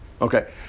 okay